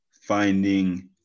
finding